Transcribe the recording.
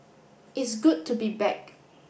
it's good to be back